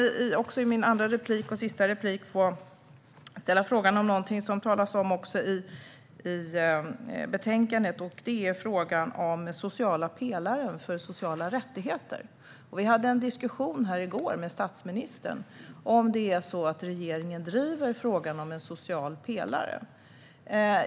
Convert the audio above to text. Jag skulle i min andra och sista replik vilja ställa en fråga om någonting som det också talas om i betänkandet, nämligen den sociala pelaren för sociala rättigheter. Vi hade en diskussion i går med statsministern om huruvida det är så att regeringen driver frågan om en social pelare.